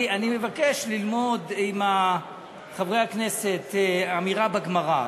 אני מבקש ללמוד עם חברי הכנסת אמירה בגמרא.